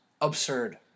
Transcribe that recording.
Absurd